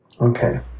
okay